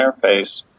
interface